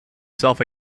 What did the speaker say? self